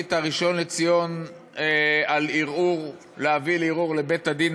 החליט הראשון לציון להביא לבית-הדין